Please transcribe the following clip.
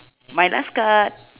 my last card